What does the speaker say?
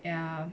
ya